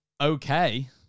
okay